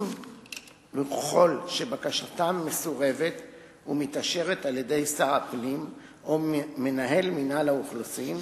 ככל שבקשתם מסורבת ומתאשרת על-ידי שר הפנים ומנהל מינהל האוכלוסין,